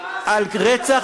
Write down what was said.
על רצח?